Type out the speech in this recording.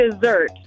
dessert